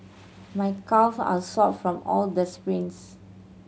my calves are sore from all the sprints